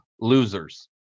losers